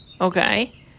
okay